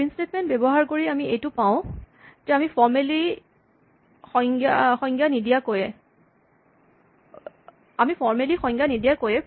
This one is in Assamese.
প্ৰিন্ট স্টেটমেন্ট ব্যৱহাৰ কৰি আমি এইটো পাওঁ আমি ফৰ্মেলী সংজ্ঞা নিদিয়াকৈয়ে